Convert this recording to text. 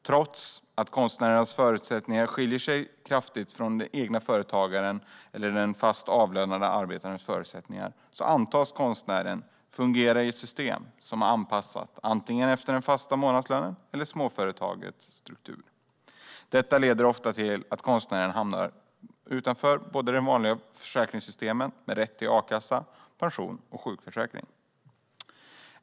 Trots att konstnärens förutsättningar skiljer sig kraftigt från den egna företagarens eller den fast avlönade arbetarens förutsättningar antas konstnären kunna fungera i ett system som är anpassat antingen efter den fasta månadslönen eller efter småföretagets struktur. Detta leder ofta till att konstnären hamnar utanför de vanliga försäkringssystemen med rätt till a-kassa, pension och sjukförsäkring.